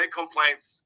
complaints